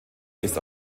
ist